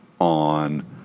on